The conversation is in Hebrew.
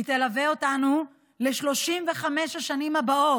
תלווה אותנו ל-35 השנים הבאות,